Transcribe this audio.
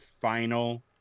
final